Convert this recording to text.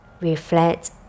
reflect